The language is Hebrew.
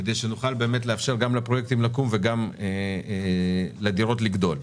כדי שנוכל באמת לאפשר גם לפרויקטים לקום וגם לדירות לגדול.